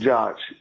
Josh